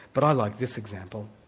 but i like this example.